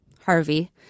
Harvey